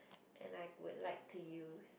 and I would like to use